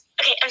Okay